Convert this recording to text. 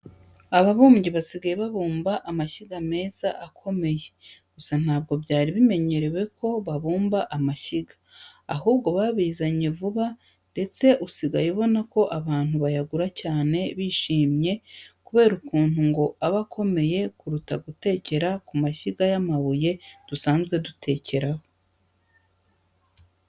Ababumbyi basigaye babumba amashyiga meza akomeye, gusa ntabwo byari bimenyerewe ko babumba amashyiga, ahubwo babizanye vuba ndetse usigaye ubona ko abantu bayagura cyane bishimye kubera ukuntu ngo aba akomeye kuruta gutekera ku mashyiga y'amabuye dusanzwe dutekeraho.